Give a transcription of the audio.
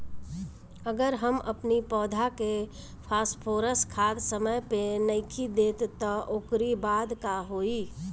अगर हम अपनी पौधा के फास्फोरस खाद समय पे नइखी देत तअ ओकरी बाद का होई